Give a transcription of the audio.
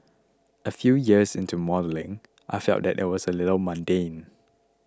a few years into modelling I felt that it was a little mundane